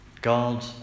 God